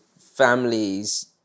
families